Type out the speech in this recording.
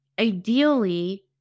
Ideally